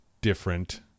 different